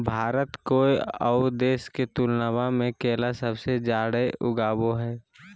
भारत कोय आउ देश के तुलनबा में केला सबसे जाड़े उगाबो हइ